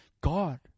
God